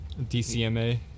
DCMA